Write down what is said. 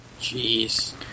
Jeez